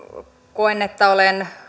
koen että olen